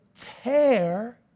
tear